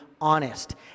honest